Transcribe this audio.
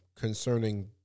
concerning